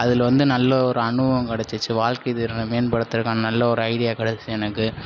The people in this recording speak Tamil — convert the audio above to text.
அதில் வந்து நல்ல ஒரு அனுபவம் கிடைச்சுச்சு வாழ்க்கை திறனை மேம்படுத்துகிறத்துக்கான நல்ல ஒரு ஐடியா கிடைச்சு எனக்கு